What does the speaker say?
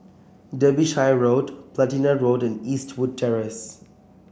Derbyshire Road Platina Road and Eastwood Terrace